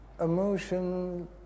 emotion